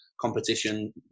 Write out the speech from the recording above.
competition